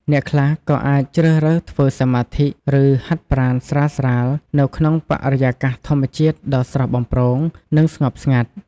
អ្នកខ្លះក៏អាចជ្រើសរើសធ្វើសមាធិ ឬហាត់ប្រាណស្រាលៗនៅក្នុងបរិយាកាសធម្មជាតិដ៏ស្រស់បំព្រង និងស្ងប់ស្ងាត់។